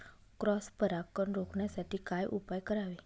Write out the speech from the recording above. Cross परागकण रोखण्यासाठी काय उपाय करावे?